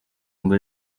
ngo